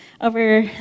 over